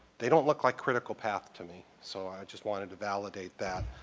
they don't look like critical path to me. so i just wanted to validate that.